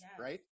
right